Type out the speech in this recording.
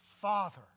Father